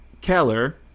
Keller